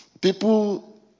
People